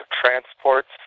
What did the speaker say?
transports